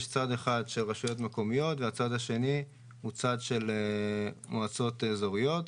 יש צד אחד של רשויות מקומיות והצד השני הוא צד של מועצות אזוריות.